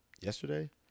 Yesterday